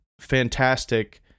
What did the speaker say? fantastic